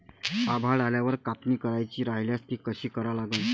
आभाळ आल्यावर कापनी करायची राह्यल्यास ती कशी करा लागन?